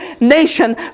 nation